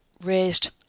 raised